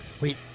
wait